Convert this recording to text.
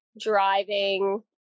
driving